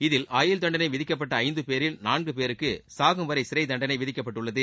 இதில் ஆயுள் தண்டளை விதிக்கப்பட்ட ஐந்து பேரில் நான்கு பேருக்கு சாகுவரை சிறை தண்டனை விதிக்கப்பட்டுள்ளது